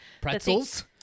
pretzels